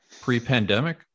pre-pandemic